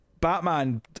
Batman